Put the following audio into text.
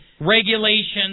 regulations